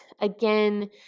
again